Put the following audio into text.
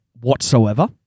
whatsoever